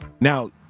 Now